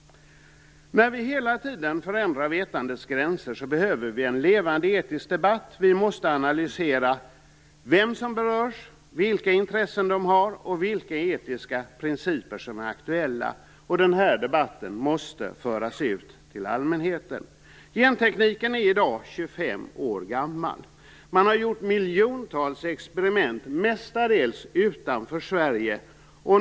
När vi hela tiden förändrar vetandets gränser behöver vi en levande etisk debatt. Vi måste analysera vilka som berörs, vilka intressen de har och vilka etiska principer som är aktuella. Och den här debatten måste föras ut till allmänheten. Gentekniken är i dag 25 år gammal. Man har gjort miljontals experiment, mestadels utanför Sverige.